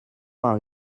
are